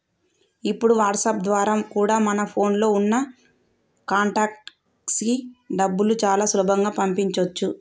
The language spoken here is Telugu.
ఇప్పుడు వాట్సాప్ ద్వారా కూడా మన ఫోన్ లో ఉన్న కాంటాక్ట్స్ కి డబ్బుని చాలా సులభంగా పంపించొచ్చు